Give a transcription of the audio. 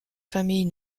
famille